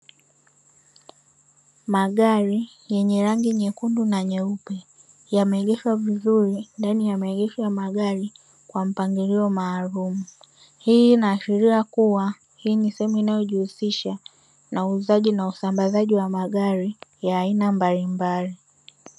Magari yenye rangi nyekundu na nyeupe yameegeshwa vizuri ndani ya maegesho ya magari kwa mpangilio maalumu, hii inaashiria kuwa hii ni sehemu inayojihusisha na uuzaji na usambazaji wa magari ya aina mbalimbali.